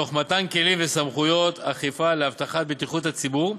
תוך מתן כלים וסמכויות אכיפה להבטחת בטיחות הציבור.